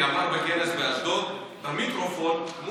אני אסביר לך שיושב-ראש מפלגת ש"ס אריה דרעי אמר בכנס באשדוד למיקרופון,